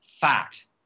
fact